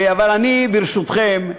אני, ברשותכם,